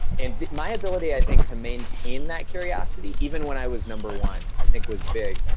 and my ability, i think, to maintain that curiosity, even when i was number one, i think, was big.